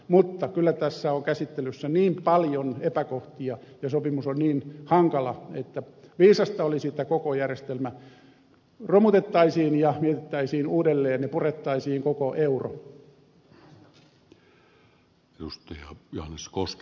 mutta kyllä tässä on käsittelyssä niin paljon epäkohtia ja sopimus on niin hankala että viisasta olisi että koko järjestelmä romutettaisiin ja mietittäisiin uudelleen ja purettaisiin koko euro